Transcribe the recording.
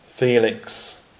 Felix